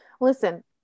Listen